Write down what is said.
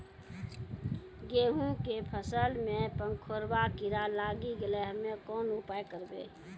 गेहूँ के फसल मे पंखोरवा कीड़ा लागी गैलै हम्मे कोन उपाय करबै?